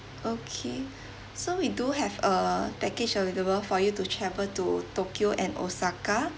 okay so we do have uh package available for you to travel to tokyo and osaka